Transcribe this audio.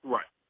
Right